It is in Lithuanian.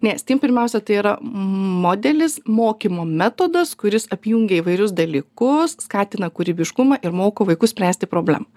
ne steam pirmiausia tai yra modelis mokymo metodas kuris apjungia įvairius dalykus skatina kūrybiškumą ir moko vaikus spręsti problemą